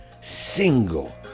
single